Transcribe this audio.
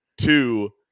two